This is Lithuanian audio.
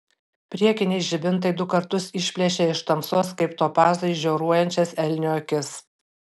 priekiniai žibintai du kartus išplėšė iš tamsos kaip topazai žioruojančias elnio akis